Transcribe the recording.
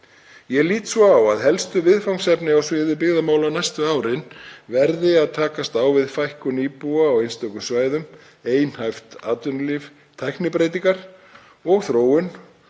Ég lít svo á að helstu viðfangsefni á sviði byggðamála næstu árin verði að takast á við fækkun íbúa á einstökum svæðum, einhæft atvinnulíf, tæknibreytingar og þróun